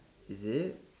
is it